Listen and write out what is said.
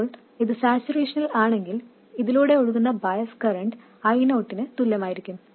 അപ്പോൾ ഇത് സാച്ചുറേഷനിൽ ആണെങ്കിൽ ഇതിലൂടെ ഒഴുകുന്ന ബയസ് കറന്റ് I0 നു തുല്യമായിരിക്കും